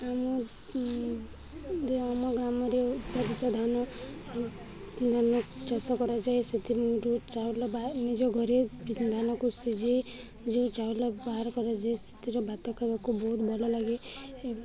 ଆମ ଆମ ଧାନ ଧାନ ଚାଷ କରାଯାଏ ସେଥିରୁ ଚାଉଲ ବାହାରେ ନିଜ ଘରେ ଧାନକୁ ସିଝେଇ ଯେଉଁ ଚାଉଲ ବାହାର କରାଯାଏ ସେଥିରେ ଭାତ ଖାଇବାକୁ ବହୁତ ଭଲ ଲାଗେ